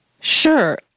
Sure